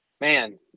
man